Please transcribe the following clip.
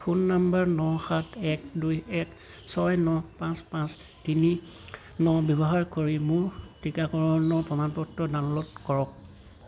phone নম্বৰ ন সাত এক দুই এক ছয় ন পাঁচ পাঁচ তিনি ন ব্যৱহাৰ কৰি মোৰ টীকাকৰণৰ প্ৰমাণপত্ৰ ডাউনল'ড কৰক